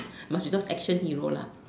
must be those action hero lah